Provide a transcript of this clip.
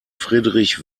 friedrich